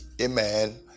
amen